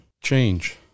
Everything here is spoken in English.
change